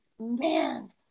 man